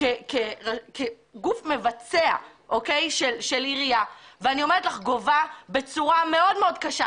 כגוף מבצע של העירייה וגובה בצורה מאוד קשה.